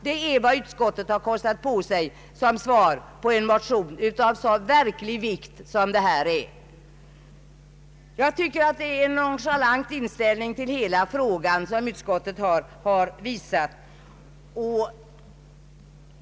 Det är allt vad utskottet har kostat på sig som svar på en motion av så verkligt stor vikt som denna. Jag tycker att utskottet har visat en nonchalant inställning till hela frågan.